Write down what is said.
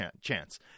chance